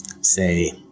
say